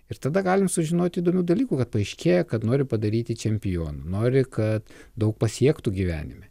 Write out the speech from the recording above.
ir tada galim sužinoti įdomių dalykų kad paaiškėja kad nori padaryti čempionu nori kad daug pasiektų gyvenime